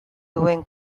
duen